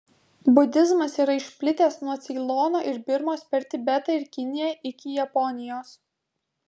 budizmas yra išplitęs nuo ceilono ir birmos per tibetą ir kiniją iki japonijos